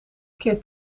keer